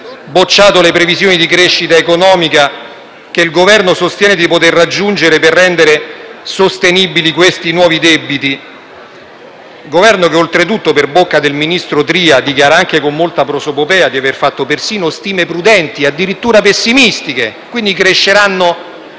bocciato le previsioni di crescita economica che il Governo sostiene di poter raggiungere per rendere sostenibili questi nuovi debiti. Governo che, oltretutto, per bocca del ministro Tria dichiara, anche con molta prosopopea, di aver fatto persino stime prudenti, addirittura pessimistiche, quindi che cresceranno